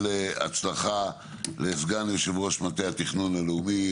הצלחה לסגן יושב-ראש מטה התכנון הלאומי,